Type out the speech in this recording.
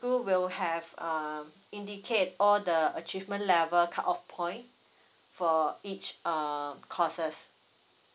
will have uh indicate all the achievement level cut off point for each uh courses